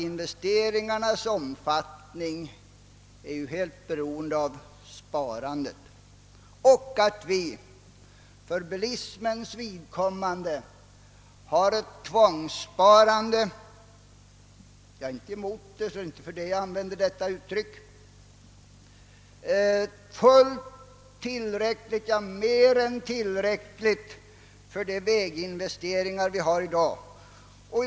Investeringarnas omfattning är helt beroende av sparandet, och vi har för bilismens vidkommande ett tvångssparande — jag använder inte uttrycket för att jag har något emot det — som är tillräckligt, ja, mer än tillräckligt för de investeringar vi i dag gör.